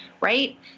right